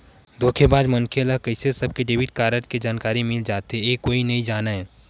धोखेबाज मनखे ल कइसे सबके डेबिट कारड के जानकारी मिल जाथे ए कोनो नइ जानय